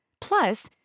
Plus